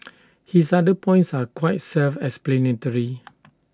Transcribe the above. his other points are quite self explanatory